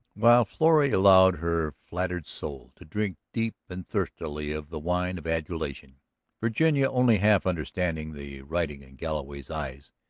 while florrie allowed her flattered soul to drink deep and thirstily of the wine of adulation virginia, only half understanding the writing in galloway's eyes,